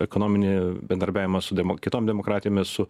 ekonominį bendradarbiavimą su demo kitom demokratėme su